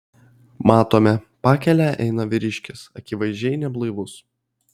matome pakele eina vyriškis akivaizdžiai neblaivus